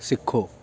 सिक्खो